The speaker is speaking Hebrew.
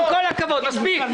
עם כל הכבוד מספיק.